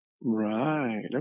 Right